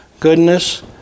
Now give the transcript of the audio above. goodness